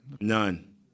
None